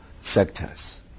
sectors